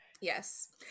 Yes